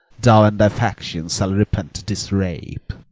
thou and thy faction shall repent this rape.